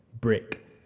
Brick